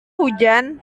hujan